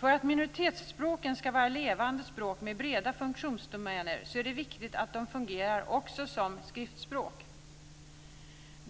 För att minoritetsspråken ska vara levande språk med breda funktionsdomäner är det viktigt att de fungerar också som skriftspråk.